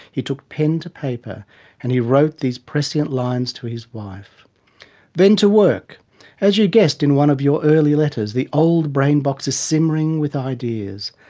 he took pen to paper and wrote these prescient lines to his wife then to work as you guessed in one of your early letters the old brain box is simmering with ideas.